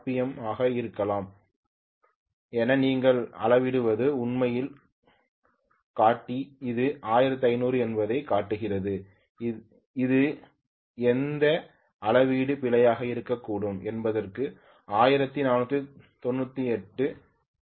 M ஆக இருக்கலாம் என நீங்கள் அளவிடுவது உண்மையில் காட்டி அது 1500 என்பதைக் காட்டுகிறது அது எந்த அளவீட்டு பிழையாக இருக்கக்கூடும் என்பதற்கு 1498 ஆக இருக்கலாம்